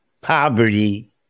poverty